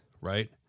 right